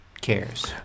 cares